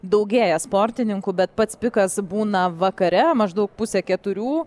daugėja sportininkų bet pats pikas būna vakare maždaug pusę keturių